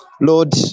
Lord